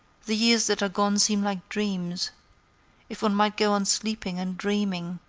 the years that are gone seem like dreams if one might go on sleeping and dreaming